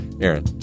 Aaron